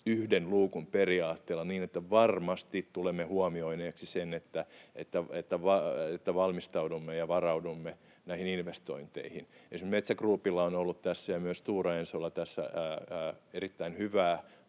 yhden luukun periaatteella niin, että varmasti tulemme huomioineeksi sen, että valmistaudumme ja varaudumme näihin investointeihin. Esim. Metsä Groupilla on ollut ja myös Stora Ensolla tässä erittäin hyvää